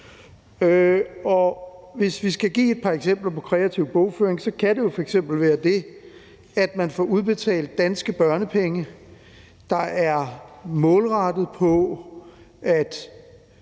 Hvis vi skal give et par eksempler på kreativ bogføring, kan det jo f.eks. være det, at man får udbetalt danske børnepenge, der er målrettet mod, at